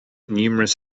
numerous